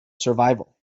survival